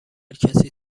کسی